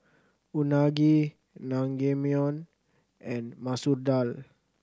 Unagi Naengmyeon and Masoor Dal